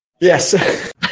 Yes